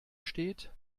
steht